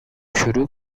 شروع